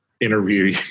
interview